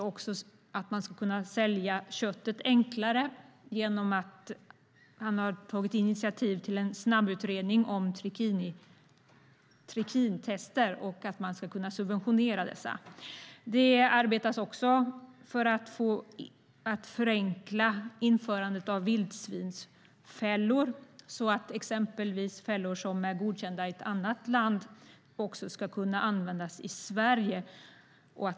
Han har också tagit initiativ till en snabbutredning om subventionering av trikintester i syfte att göra försäljning av vildsvinskött enklare. Det arbetas också för att förenkla införandet av vildsvinsfällor så att fällor som är godkända i ett annat land också ska kunna användas i Sverige.